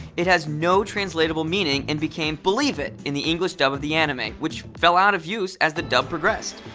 it has no translatable meaning and became believe it! in the english dub of the anime, which fell out of use as the dub progressed.